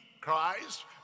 Christ